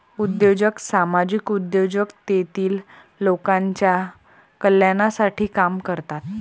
उद्योजक सामाजिक उद्योजक तेतील लोकांच्या कल्याणासाठी काम करतात